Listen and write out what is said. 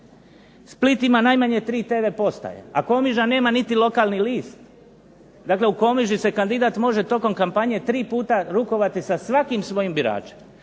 Split ima najmanje tri tv postaje, a Komiža nema niti lokalni list, dakle u Komiži se kandidat može tokom kampanje tri puta rukovati sa svakim svojim biračem,